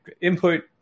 input